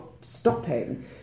stopping